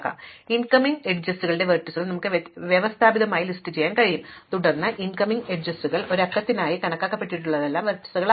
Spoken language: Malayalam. അതിനാൽ ഇൻകമിംഗ് അരികുകളില്ലാത്ത വെർട്ടീസുകൾ ഞങ്ങൾക്ക് വ്യവസ്ഥാപിതമായി ലിസ്റ്റുചെയ്യാൻ കഴിയും തുടർന്ന് ഇൻകമിംഗ് അരികുകൾ ഇതിനകം ഒരു അക്കത്തിനായി കണക്കാക്കപ്പെട്ടിട്ടുള്ളവയെല്ലാം ലംബമാക്കുന്നു